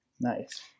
Nice